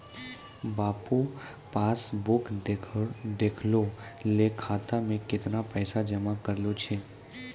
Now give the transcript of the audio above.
बाबू passbook देखहो तें खाता मे कैतना पैसा जमा करलो छै